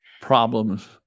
problems